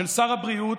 של שר הבריאות,